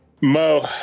Mo